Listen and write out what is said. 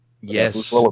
Yes